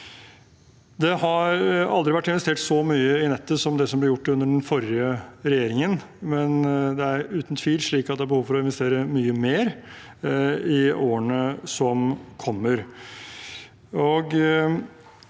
Det har aldri blitt investert så mye i nettet som det som ble gjort under den forrige regjeringen, men det er uten tvil slik at det er behov for å investere mye mer i årene som kommer.